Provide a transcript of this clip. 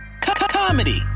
comedy